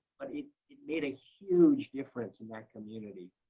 but it it made a huge difference in that community.